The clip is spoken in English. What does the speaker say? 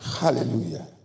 Hallelujah